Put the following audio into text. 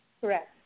Correct